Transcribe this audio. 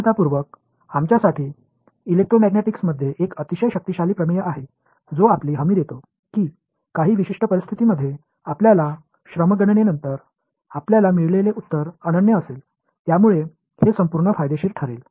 எனவே நாம் நன்றி செலுத்தும் எலெக்ட்ரோமேக்னெட்டிக்ஸில் மிகவும் சக்திவாய்ந்த ஒரு தேற்றம் உள்ளது இது சில நிபந்தனைகளின் கீழ் நமது உழைப்பு கணக்கீடுகளுக்குப் பிறகு நாம் பெறும் பதில் தனித்துவமானது உறுதி கூறுகிறது